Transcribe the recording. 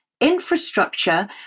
Infrastructure